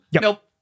nope